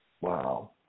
wow